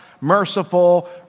merciful